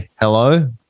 Hello